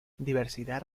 diversidad